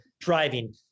driving